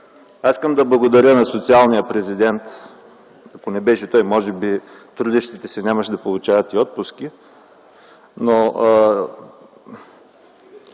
Искам да благодаря на социалния президент. Ако не беше той, може би трудещите се нямаше да получават и отпуски.